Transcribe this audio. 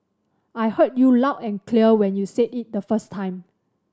I heard you loud and clear when you said it the first time